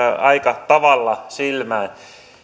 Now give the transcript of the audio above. aika tavalla silmään